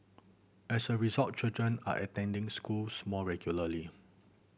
as a result children are attending schools more regularly